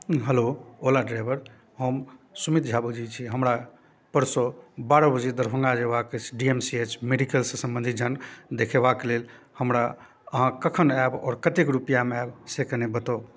hello Ola driver हम सुमित झा बजैत छी हमरा परसू बारह बजे दरभंगा जयबाक अछि डी एम सी एच मेडीकलसँ सम्बन्धित जान देखयबाक लेल हमरा अहाँ कखन आयब आओर कतेक रुपैआमे आयब से कनि बताउ